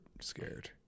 scared